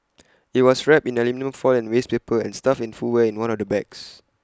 IT was wrapped in aluminium foil and waste paper and stuffed in footwear in one of the bags